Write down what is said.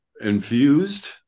infused